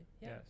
Yes